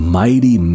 mighty